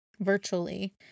Virtually